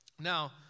Now